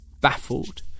baffled